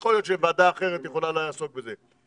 יכול להיות שוועדה אחרת יכולה לעסוק בזה.